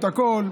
הכול,